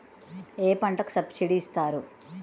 ఏ పంటకు సబ్సిడీ ఇస్తారు?